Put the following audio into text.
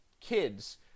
kids